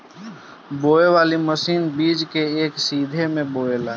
बोवे वाली मशीन बीज के एक सीध में बोवेले